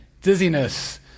dizziness